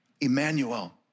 Emmanuel